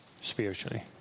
spiritually